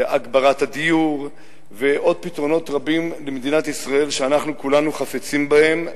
הגברת הדיור ועוד פתרונות רבים למדינת ישראל שאנחנו כולנו חפצים בהם,